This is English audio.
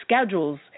schedules